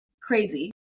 crazy